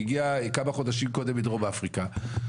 שהגיע כמה חודשים קודם מדרום אפריקה,